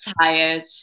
tired